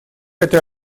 эта